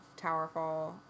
Towerfall